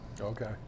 Okay